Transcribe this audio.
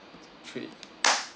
two three